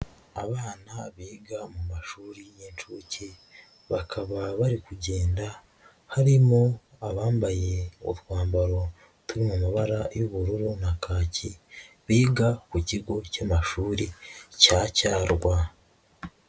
Abana biga mu mashuri y'incuke, bakaba bari kugenda harimo abambaye utwambaro turi mu mabara y'ubururu na kaki biga ku kigo cy'amashuri cya Cyarwa.